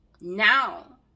now